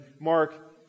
Mark